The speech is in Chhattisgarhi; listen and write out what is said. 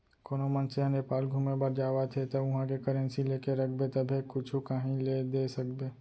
कोनो मनसे ह नेपाल घुमे बर जावत हे ता उहाँ के करेंसी लेके रखबे तभे कुछु काहीं ले दे सकबे